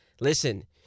listen